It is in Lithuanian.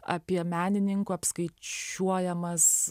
apie menininkų apskaičiuojamas